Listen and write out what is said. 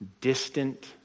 distant